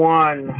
one